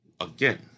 Again